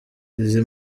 izi